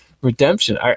redemption